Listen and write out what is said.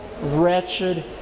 wretched